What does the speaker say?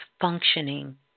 functioning